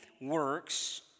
works